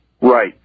right